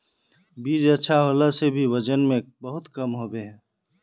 बीज अच्छा होला से भी वजन में बहुत कम होबे है?